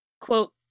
quote